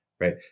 right